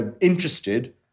interested